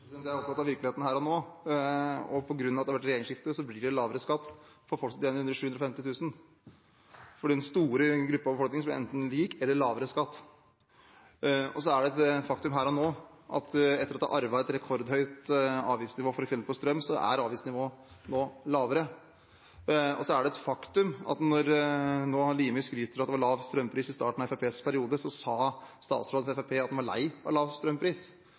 Jeg er opptatt av virkeligheten her og nå, og på grunn av at det har vært regjeringsskifte, blir det lavere skatt for folk som tjener under 750 000 kr. For den store gruppen av befolkningen blir det enten lik eller lavere skatt. Så er det et faktum her og nå at etter at vi arvet et rekordhøyt avgiftsnivå, f.eks. på strøm, er avgiftsnivået nå lavere. Og så er det et faktum – når Limi nå skryter av at det var lav strømpris i starten av Fremskrittspartiets periode – at statsråden fra Fremskrittspartiet sa at han var lei av lav strømpris,